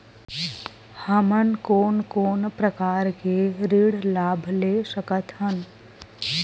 हमन कोन कोन प्रकार के ऋण लाभ ले सकत हन?